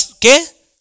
qué